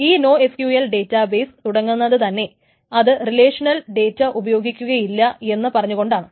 ഈ NoSQL database തുടങ്ങുന്നതു തന്നെ അത് റിലേഷനൽ ഡേറ്റ ഉപയോഗിക്കുകയില്ല എന്ന് പറഞ്ഞു കൊണ്ടാണ്